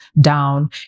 down